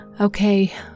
Okay